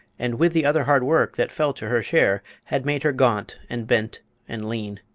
and with the other hard work that fell to her share had made her gaunt and bent and lean.